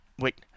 wait